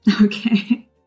Okay